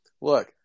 look